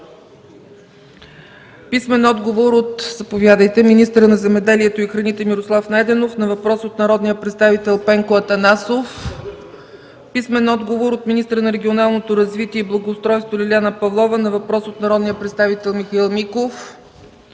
Атанасов; - министъра на регионалното развитие и благоустройството Лиляна Павлова на въпрос от народния представител Михаил Миков;